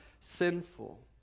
sinful